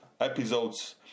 episodes